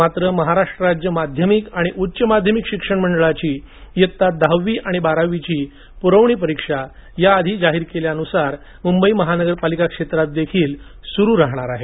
मात्र महाराष्ट्र राज्य माध्यमिक आणि उच्च माध्यमिक शिक्षण मंडळाची इयत्ता दहावी आणि बारावीची पुरवणी परीक्षा याआधी जाहीर केल्यानुसार मुंबई महानगरपालिका क्षेत्रात देखील सुरू राहणार आहेत